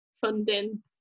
funding